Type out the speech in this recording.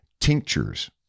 Tinctures